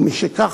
ומשכך,